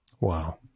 wow